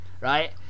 right